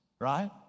right